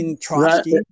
Trotsky